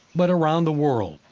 but around the world,